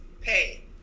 pay